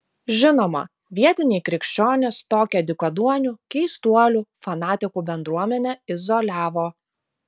žinoma vietiniai krikščionys tokią dykaduonių keistuolių fanatikų bendruomenę izoliavo